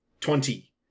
twenty